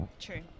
True